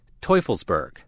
Teufelsberg